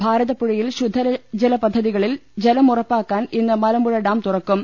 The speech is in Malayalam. ഭാരതപ്പുഴയിൽ ശുദ്ധജല പദ്ധതികളിൽ ജലം ഉറപ്പാക്കാൻ ഇന്ന് മലമ്പൂഴ ഡാം തുറക്കും